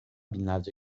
binlerce